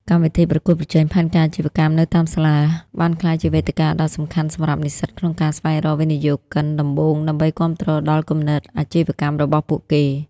កម្មវិធីប្រកួតប្រជែងផែនការអាជីវកម្មនៅតាមសាលា បានក្លាយជាវេទិកាដ៏សំខាន់សម្រាប់និស្សិតក្នុងការស្វែងរក "វិនិយោគិនដំបូង" ដើម្បីគាំទ្រដល់គំនិតអាជីវកម្មរបស់ពួកគេ។